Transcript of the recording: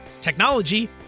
technology